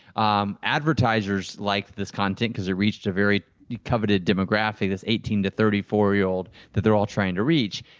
um advertisers liked this content, because it reached a very coveted demographic, that's eighteen to thirty four year old, that they were all trying to reach.